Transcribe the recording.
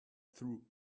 through